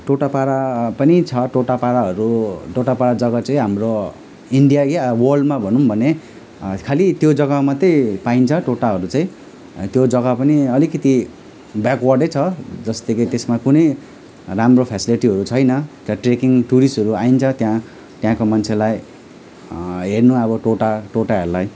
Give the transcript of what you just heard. टोटापारा पनि टोटापाडाहरू टोटापाडा जग्गा चाहिँ हाम्रो इन्डियाकै अब वर्ल्डमा भनौँ भने खाली त्यो जग्गामा मात्रै पाइन्छ टोटाहरू चाहिँ त्यो जग्गा पनि अलिकति ब्याकवर्डै छ जस्तै कि त्यसमा कुनै राम्रो फ्यासिलिटीहरू छैन त्यहाँ ट्रेकिङ टुरिस्टहरू आइन्छ त्यहाँ त्यहाँको मन्छेलाई हेर्नु अब टोटा टोटाहरूलाई